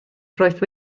roedd